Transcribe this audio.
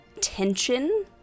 tension